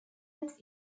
poète